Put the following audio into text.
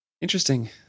Interesting